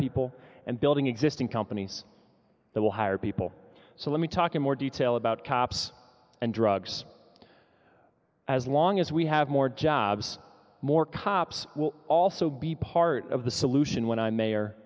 people and building existing companies that will hire people so let me talk in more detail about cops and drugs as long as we have more jobs more cops will also be part of the solution when i'm mayor